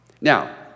Now